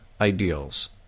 ideals